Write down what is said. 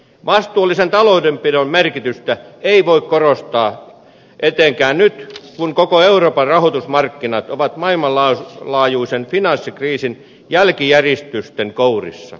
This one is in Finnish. vastuullisen taloudenpidon merkitystä ei voi liikaa korostaa etenkään nyt kun koko euroopan rahoitusmarkkinat ovat maailmanlaajuisen finanssikriisin jälkijäristysten kourissa